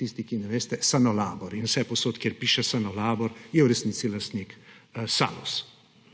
tisti, ki ne veste, Sanolabor. In vsepovsod, kjer piše Sanolabor, je v resnici lastnik Salus.